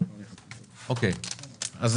התפעול שלהן,